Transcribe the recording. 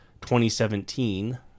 2017